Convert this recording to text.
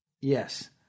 Yes